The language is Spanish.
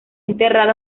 enterrado